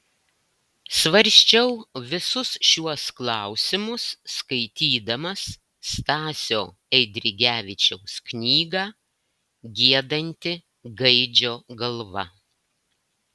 svarsčiau visus šiuos klausimus skaitydamas stasio eidrigevičiaus knygą giedanti gaidžio galva